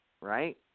right